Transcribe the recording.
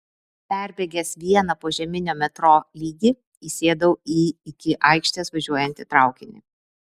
perbėgęs vieną požeminio metro lygį įsėdau į iki aikštės važiuojantį traukinį